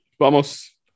vamos